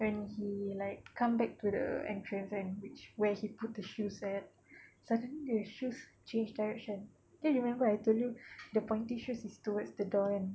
when he like come back to the entrance kan which where he put the shoe set suddenly the shoes change direction then remember I told you the pointy shoes is towards the door kan